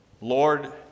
Lord